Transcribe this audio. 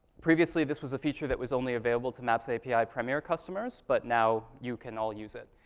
previously this was a feature that was only available to maps api premier customers, but now you can all use it.